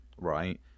right